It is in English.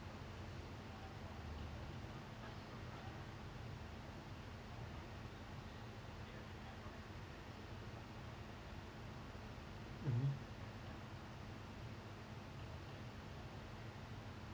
mmhmm